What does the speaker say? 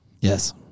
Yes